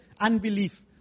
unbelief